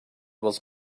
was